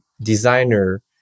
designer